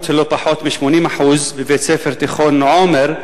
לא פחות מ-80% בבית-ספר תיכון "עומר",